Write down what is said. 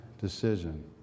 decision